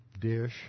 dish